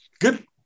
good